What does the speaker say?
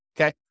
Okay